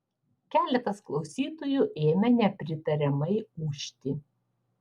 keletas klausytojų ėmė nepritariamai ūžti